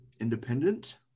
independent